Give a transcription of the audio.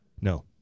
No